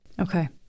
Okay